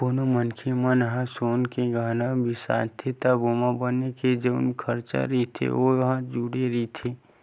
कोनो मनखे मन ह सोना के गहना बिसाथे त ओमा बनाए के जउन खरचा रहिथे ओ ह जुड़े रहिथे